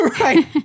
Right